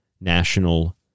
National